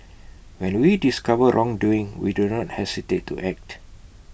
when we discover wrongdoing we do not hesitate to act